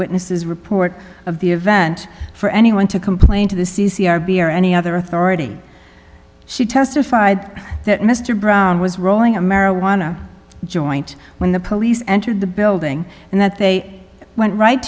witnesses report of the event for anyone to complain to the c c rb or any other authority she testified that mr brown was rolling a marijuana joint when the police entered the building and that they went right